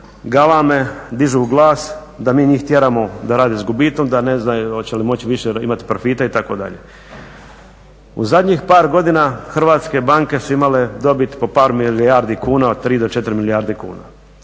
galame, dižu glas da mi njih tjeramo da rade sa gubitkom, da ne znaju hoće li moći više imati profita itd.. U zadnjih par godina hrvatske banke su imale dobit po par milijardi kuna od 3 do 4 milijarde kuna.